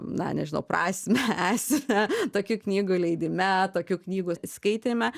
na nežinau prasmę esmę tokių knygų leidime tokių knygų skaityme